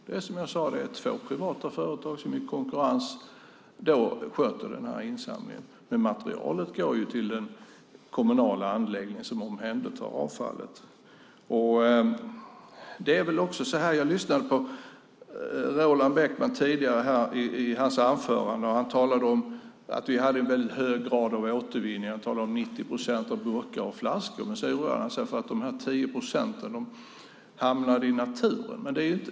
Det är som jag sade två privata företag som i konkurrens sköter insamlingen, men materialet går till den kommunala anläggning som omhändertar avfallet. Jag lyssnade på Roland Bäckman tidigare när han höll sitt anförande. Han talade om att vi hade en hög grad av återvinning. Han talade om 90 procent av burkar och flaskor. Han oroade sig för att de 10 procenten hamnade i naturen.